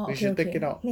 we should take it out